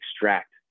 extract